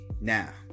now